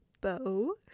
Bow